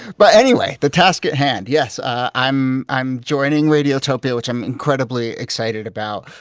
but anyway, the task at hand, yes, i'm i'm joining radiotopia, which i'm incredibly excited about.